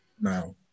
now